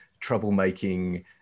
troublemaking